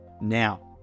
now